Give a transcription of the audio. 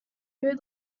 food